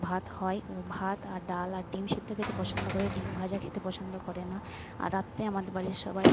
ভাত হয় ও ভাত আর ডাল আর ডিম সেদ্ধ খেতে পছন্দ করে ডিম ভাজা খেতে পছন্দ করে না আর রাত্রে আমাদের বাড়ির সবাই